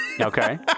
Okay